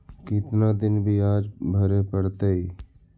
कितना दिन बियाज भरे परतैय?